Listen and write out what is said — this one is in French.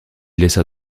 laissa